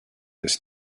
this